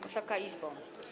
Wysoka Izbo!